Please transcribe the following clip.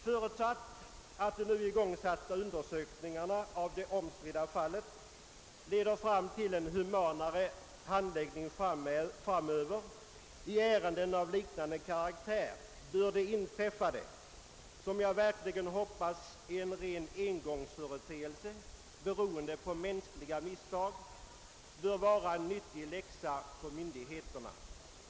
Förutsatt att de nu igångsatta undersökningarna av det omstridda fallet 1eder fram till en humanare handläggning framöver i ärenden av liknande karaktär bör det inträffade — som jag verkligen hoppas är en ren engångsföreteelse beroende på mänskliga misstag — vara en nyttig läxa för myndigheterna.